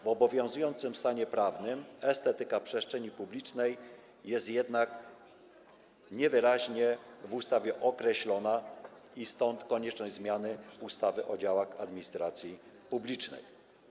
W obowiązującym stanie prawnym estetyka przestrzeni publicznej jest jednak niewyraźnie określona w ustawie, stąd konieczność zmiany ustawy o działach administracji publicznej.